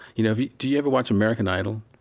you know, have you do you ever watch american idol?